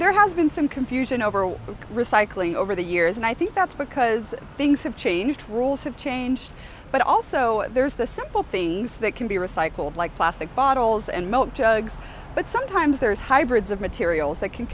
there has been some confusion over all recycling over the years and i think that's because things have changed the rules have changed but also there's the simple things that can be recycled like plastic bottles and milk jugs but sometimes there's hybrids of materials that can